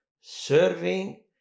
serving